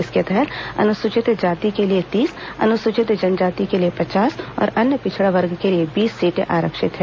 इसके तहत अनुसूचित जाति के लिए तीस अनुसूचित जनजाति के लिए पचास और अन्य पिछड़ा वर्ग के लिए बीस सीटें आरक्षित हैं